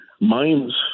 Mines